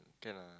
can lah